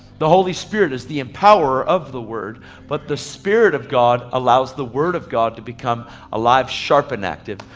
the holy spirit is the and empowerment of the word but the spirit of god allows the word of god to become alive sharp enacted.